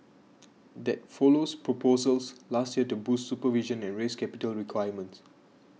that follows proposals last year to boost supervision and raise capital requirements